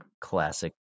Classic